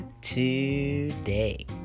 today